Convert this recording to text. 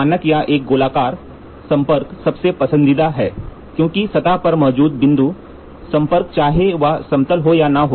मानक या एक गोलाकार संपर्क सबसे पसंदीदा है क्योंकि सतह पर मौजूद बिंदु संपर्क चाहे वह समतल हो या न हो